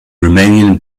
romanian